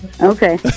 okay